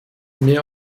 mehr